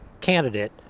candidate